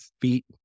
feet